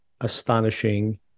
astonishing